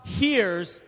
hears